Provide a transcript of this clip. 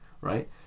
right